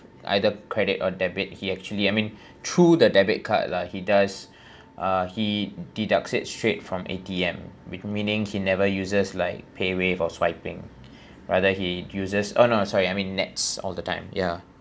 either credit or debit he actually I mean through the debit card lah he does uh he deducts straight from A_T_M with meaning he never uses like paywave or swiping rather he uses oh no sorry I mean NETS all the time yeah